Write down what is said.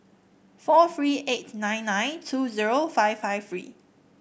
four three eight nine nine two zero five five three